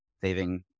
saving